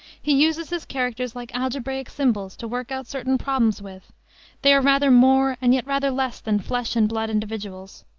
he uses his characters like algebraic symbols to work out certain problems with they are rather more and yet rather less than flesh and blood individuals.